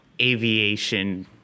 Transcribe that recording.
aviation